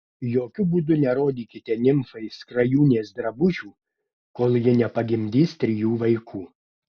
jokiu būdu nerodykite nimfai skrajūnės drabužių kol ji nepagimdys trijų vaikų